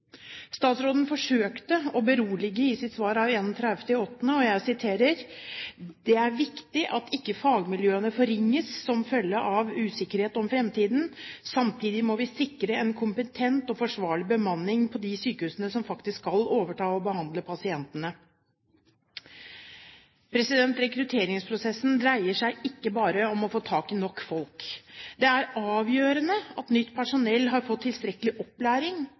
Statsråden forsøkte å berolige i sitt svar av 31. august, og jeg siterer: «Det er viktig at ikke fagmiljøene forringes som følge av usikkerhet om fremtiden. Samtidig må vi sikre en kompetent og forsvarlig bemanning på de sykehusene som faktisk skal overta og behandle pasientene.» Rekrutteringsprosessen dreier seg ikke bare om å få tak i nok folk. Det er avgjørende at nytt personell har fått tilstrekkelig opplæring.